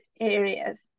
areas